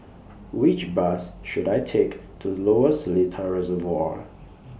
Which Bus should I Take to Lower Seletar Reservoir